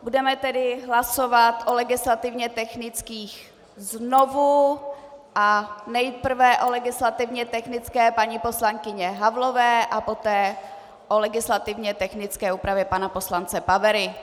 Budeme tedy hlasovat o legislativně technických znovu, nejprve o legislativně technické paní poslankyně Havlové a poté o legislativně technické úpravě pana poslance Pavery.